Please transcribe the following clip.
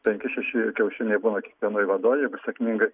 penki šeši kiaušiniai būna kiekvienoj vadoj jeigu sėkmingai